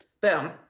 Boom